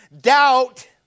doubt